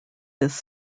this